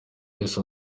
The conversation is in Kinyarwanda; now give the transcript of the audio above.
wese